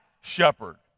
shepherd